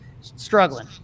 struggling